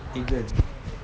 england